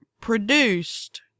produced